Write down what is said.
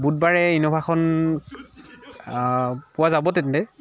বুধবাৰে ইন'ভাখন পোৱা যাব তেন্তে